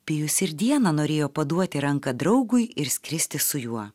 pijus ir dieną norėjo paduoti ranką draugui ir skristi su juo